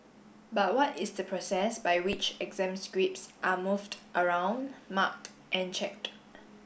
but what is the process by which exam scripts are moved around marked and checked